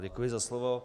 Děkuji za slovo.